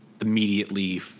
immediately